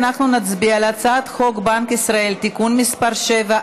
אנחנו נצביע על הצעת חוק בנק ישראל (תיקון מס' 7),